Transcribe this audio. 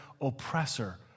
oppressor